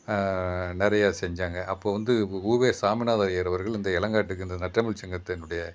நிறைய செஞ்சாங்க அப்போ வந்து உ வே சாமிநாத ஐயர் அவர்கள் இந்த இளங்காட்டுக்கு இந்த நற்றமிழ் சங்கத்தின்னுடைய